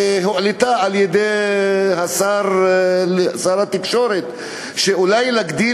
שהועלתה על-ידי שר התקשורת: אולי להגדיל